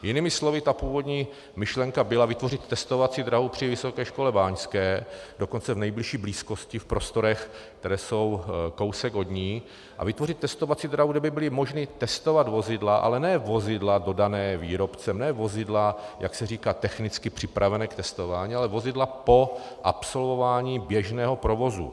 Jinými slovy, původní myšlenka byla vytvořit testovací dráhu při Vysoké škole báňské, dokonce v nejbližší blízkosti, v prostorech, které jsou kousek od ní, a vytvořit testovací dráhu, kde by bylo možné testovat vozidla, ale ne vozidla dodaná výrobcem, ne vozidla, jak se říká, technicky připravená k testování, ale vozidla po absolvování běžného provozu.